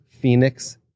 Phoenix